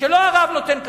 שלא הרב נותן כשרות.